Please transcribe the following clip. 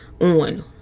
on